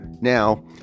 Now